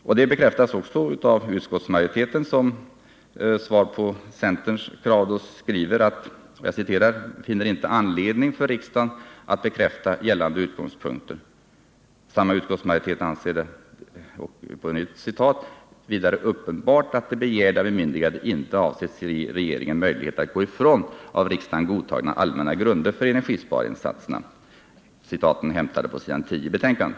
Detta bekräftas också av utskottsmajoriteten, vilken som svar på centerns krav skriver: ”Det finns därför inte anledning för riksdagen att genom ett särskilt beslut bekräfta gällande utgångspunkter.” Samma utskottsmajoritet anser det ”vidare uppenbart att det begärda bemyndigandet inte avsetts ge regeringen möjlighet att gå ifrån av riksdagen godtagna allmänna grunder för energisparinsatserna”. Citaten har jag hämtat på s. 10 i betänkandet.